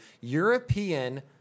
European